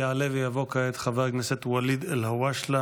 יעלה ויבוא כעת חבר הכנסת ואליד אלהואשלה,